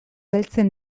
heltzen